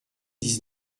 dix